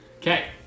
Okay